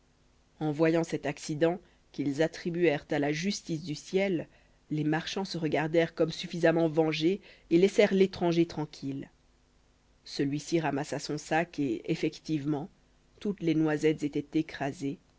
en voyant cet accident qu'ils attribuèrent à la justice du ciel les marchands se regardèrent comme suffisamment vengés et laissèrent l'étranger tranquille celui-ci ramassa son sac et effectivement toutes les noisettes étaient écrasées